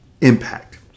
impact